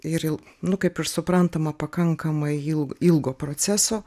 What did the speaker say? ir nu kaip ir suprantama pakankamai ilg ilgo proceso